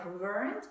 learned